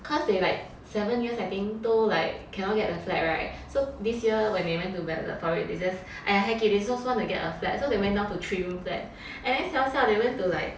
cause they like seven years I think 都 like cannot get a flat [right] so this year when they went to ballot for it they just !aiya! heck it just want to get a flat so they went down to three room flat and then siao siao they went to like